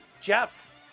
Jeff